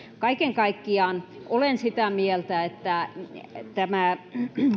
kaiken kaikkiaan olen sitä mieltä että